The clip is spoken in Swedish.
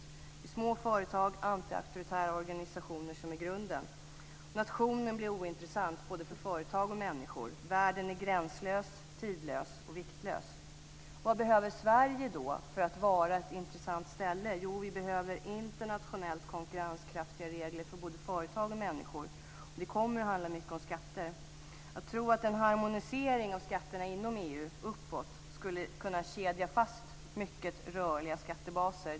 Det är små företag och antiauktoritära organisationer som är grunden. Nationen blir ointressant både för företag och för människor. Världen är gränslös, tidlös och viktlös. Vad behöver då Sverige för att vara ett intressant ställe? Jo, vi behöver internationellt konkurrenskraftiga regler för både företag och människor. Det kommer att handla mycket om skatter. Jag tror att en harmonisering av skatterna inom EU uppåt skulle kunna kedja fast mycket rörliga skattebaser.